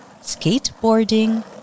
Skateboarding